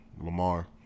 Lamar